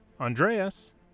Andreas